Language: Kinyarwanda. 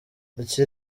iki